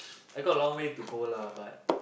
I got a long way to go lah but